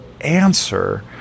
answer